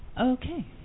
Okay